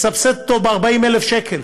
מסבסדים ב-40,000 שקל.